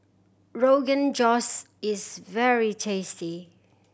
Rogan Josh is very tasty